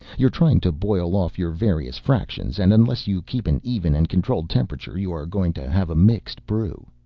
you're trying to boil off your various fractions, and unless you keep an even and controlled temperature you are going to have a mixed brew.